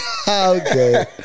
Okay